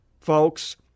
folks